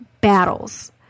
battles